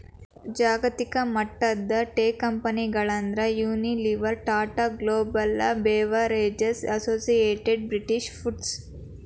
ಜಾಗತಿಕಮಟ್ಟದ ಟೇಕಂಪೆನಿಗಳಂದ್ರ Unilever, Tata Global Beverages, Associated British foods